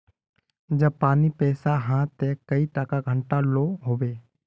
जब पानी पैसा हाँ ते कई टका घंटा लो होबे?